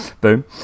boom